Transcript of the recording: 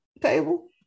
table